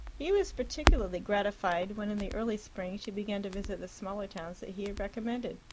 he was particularly gratified when in the early spring she began to visit the smaller towns that he had recommended.